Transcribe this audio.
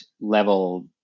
level